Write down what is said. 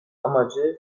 amacı